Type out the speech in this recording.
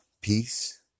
peace